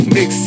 Mix